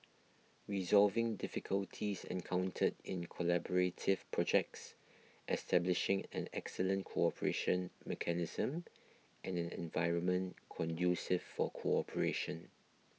resolving difficulties encountered in collaborative projects establishing an excellent cooperation mechanism and an environment for cooperation